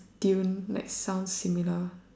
tune like sounds similar